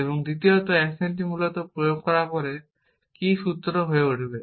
এবং দ্বিতীয়ত অ্যাকশনটি মূলত প্রয়োগ করার পরে কী সূত্র হয়ে উঠবে